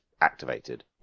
activated